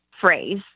phrase